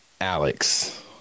Alex